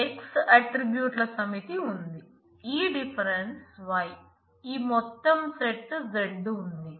X ఆట్రిబ్యూట్ల సమితి ఉంది ఈ డిఫరెన్స్ Y ఈ మొత్తం సెట్ Z ఉంది